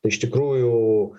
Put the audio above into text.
tai iš tikrųjų